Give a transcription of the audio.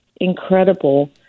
incredible